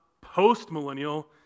post-millennial